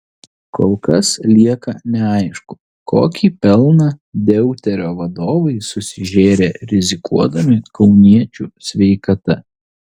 kol kas lieka neaišku kokį pelną deuterio vadovai susižėrė rizikuodami kauniečių sveikata